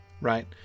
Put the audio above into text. right